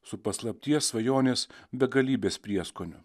su paslapties svajonės begalybės prieskoniu